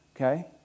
okay